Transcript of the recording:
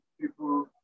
people